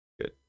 good